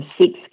six